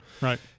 Right